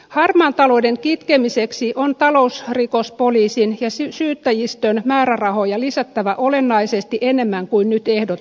harmaan talouden kitkemiseksi on talousrikospoliisin ja syyttäjistön määrärahoja lisättävä olennaisesti enemmän kuin nyt ehdotetaan